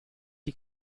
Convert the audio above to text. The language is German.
die